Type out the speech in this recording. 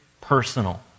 personal